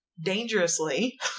dangerously